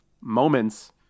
moments